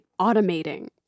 automating